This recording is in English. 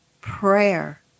prayer